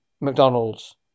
McDonald's